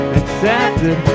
accepted